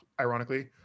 ironically